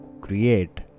create